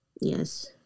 Yes